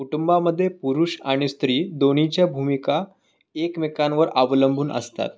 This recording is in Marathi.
कुटुंबामध्ये पुरुष आणि स्त्री दोन्हीच्या भूमिका एकमेकांवर अवलंबून असतात